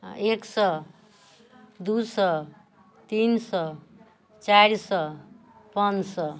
एक सए दू सए तीन सए चारि सए पाँच सए